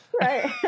Right